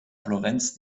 florenz